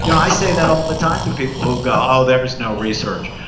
you know i say that all the time to people who go, oh, there's no research.